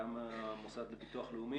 מהמוסד לביטוח לאומי,